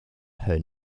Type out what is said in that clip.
her